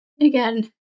again